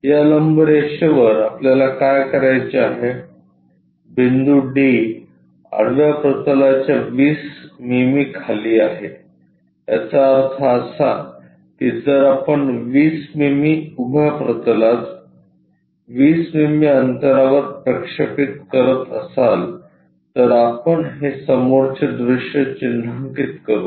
या लंब रेषेवर आपल्याला काय करायचे आहे बिंदू d आडव्या प्रतलाच्या 20 मिमी खाली आहे याचा अर्थ असा की जर आपण 20 मिमी उभ्या प्रतलात 20 मिमी अंतरावर प्रक्षेपित करत असाल तर आपण हे समोरचे दृश्य चिन्हांकित करू